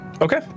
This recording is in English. Okay